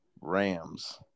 Rams